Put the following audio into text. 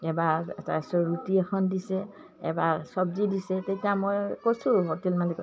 এবাৰ তাৰ পিছত ৰুটি এখন দিছে এবাৰ চব্জি দিছে তেতিয়া মই কৈছোঁ হোটেল মালিকক